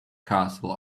castle